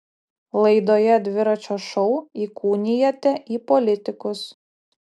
laidoje dviračio šou įkūnijate į politikus